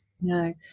No